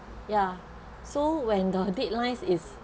ya so when the deadline is